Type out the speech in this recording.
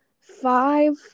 Five